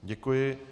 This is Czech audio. Děkuji.